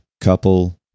couple